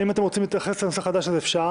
אם אתם רוצים להתייחס לנושא חדש - אפשר.